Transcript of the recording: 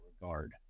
regard